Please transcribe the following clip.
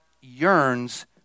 yearns